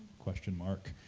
question mark,